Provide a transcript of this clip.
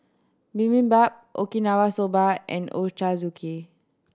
Bibimbap Okinawa Soba and Ochazuke